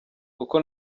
kuko